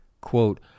Quote